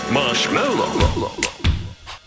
Marshmallow